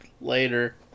later